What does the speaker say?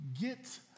get